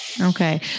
Okay